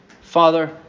Father